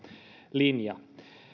linja